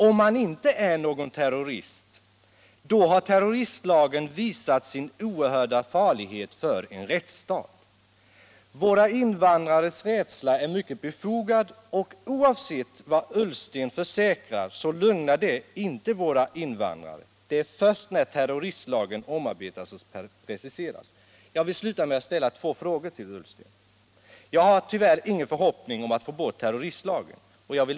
Och om han inte är någon terrorist har terroristlagen visat sin oerhörda farlighet för en rättsstat. Våra invandrares rädsla är mycket befogad, och vad än herr Ullsten försäkrar kan det inte lugna våra invandrare. Jag har tyvärr ingen förhoppning om att få bort terroristlagen, men jag vill här sluta med att ställa två frågor till herr Ullsten.